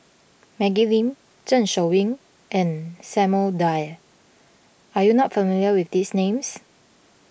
Maggie Lim Zeng Shouyin and Samuel Dyer are you not familiar with these names